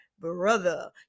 brother